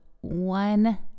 one